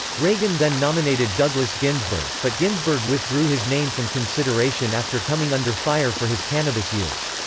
reagan then nominated douglas ginsburg, but ginsburg withdrew his name from consideration after coming under fire for his cannabis use.